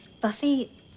Buffy